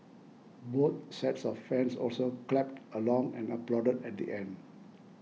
both sets of fans also clapped along and applauded at the end